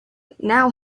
now